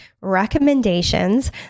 recommendations